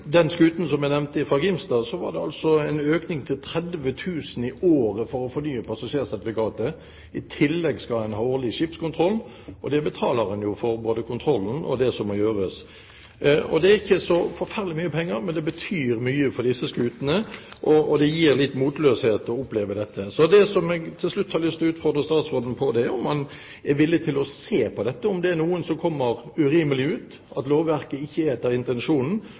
den skuten som jeg nevnte fra Grimstad, var det en økning til 30 000 kr i året for å fornye passasjersertifikatet. I tillegg skal en ha årlig skipskontroll, og det betaler en for, både for kontrollen og for det som må gjøres. Det er ikke så forferdelig mye penger, men det betyr mye for disse skutene, og det fører til litt motløshet å oppleve dette. Det jeg til slutt har lyst til å utfordre statsråden på, er om han er villig til å se på dette, om det er noen som kommer urimelig ut, at lovverket ikke virker etter intensjonen,